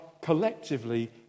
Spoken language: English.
collectively